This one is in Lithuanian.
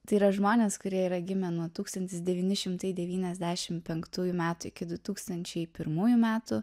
tai yra žmonės kurie yra gimę nuo tūkstantis devyni šimtai devyniasdešim penktųjų metų iki du tūkstančiai pirmųjų metų